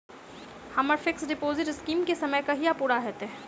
हम्मर fix deposit scheme केँ समय कहिया पूरा हैत?